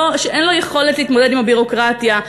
שאין לו יכולת להתמודד עם הביורוקרטיה,